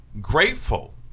grateful